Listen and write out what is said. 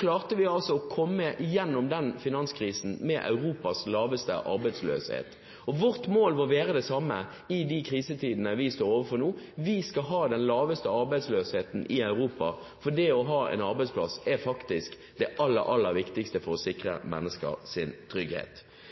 klarte vi å komme gjennom den finanskrisen med Europas laveste arbeidsløshet. Vårt mål må være det samme i de krisetidene vi står overfor nå. Vi skal ha den laveste arbeidsløsheten i Europa, for det å ha en arbeidsplass er faktisk det aller, aller viktigste for å sikre mennesker trygghet.